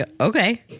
okay